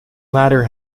latter